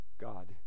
God